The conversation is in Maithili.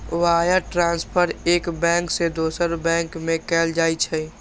वायर ट्रांसफर एक बैंक सं दोसर बैंक में कैल जाइ छै